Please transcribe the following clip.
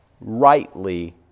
rightly